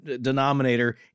denominator